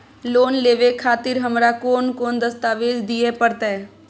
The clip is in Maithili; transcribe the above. लोन लेवे खातिर हमरा कोन कौन दस्तावेज दिय परतै?